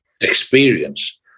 experience